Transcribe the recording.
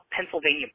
Pennsylvania